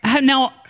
Now